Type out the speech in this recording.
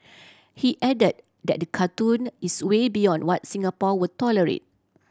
he added that cartoon is way beyond what Singapore will tolerate